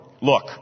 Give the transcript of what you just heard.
Look